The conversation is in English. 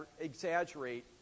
exaggerate